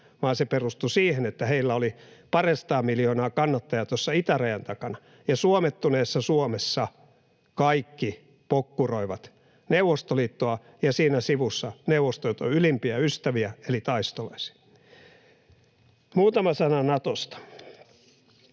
vaan se perustui siihen, että heillä oli parisataa miljoonaa kannattajaa tuossa itärajan takana ja suomettuneessa Suomessa kaikki pokkuroivat Neuvostoliittoa ja siinä sivussa Neuvostoliiton ylimpiä ystäviä eli taistolaisia. Muutama sana Natosta: